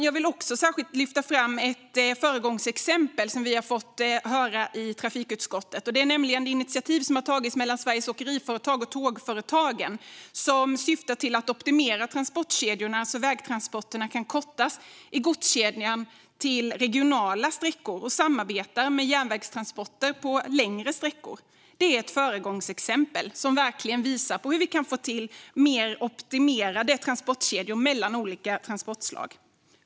Jag vill särskilt lyfta fram ett föregångsexempel som vi har fått höra om i trafikutskottet, nämligen ett initiativ som har tagits mellan Sveriges Åkeriföretag och Tågföretagen. Det syftar till att optimera transportkedjorna så att vägtransporterna kan kortas i godskedjan till regionala sträckor och att samarbeta med järnvägstransporter på de längre sträckorna. Det är ett föregångsexempel som verkligen visar hur vi kan få till mer optimerade transportkedjor mellan olika transportslag.